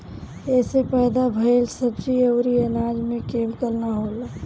एसे पैदा भइल सब्जी अउरी अनाज में केमिकल ना होला